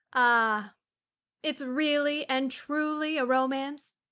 ah it's really and truly a romance?